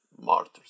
martyrs